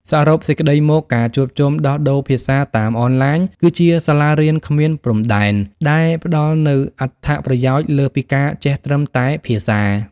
សរុបសេចក្ដីមក ការជួបជុំដោះដូរភាសាតាមអនឡាញ គឺជា សាលារៀនគ្មានព្រំដែន ដែលផ្តល់នូវអត្ថប្រយោជន៍លើសពីការចេះត្រឹមតែភាសា។